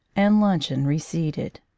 and luncheon receded.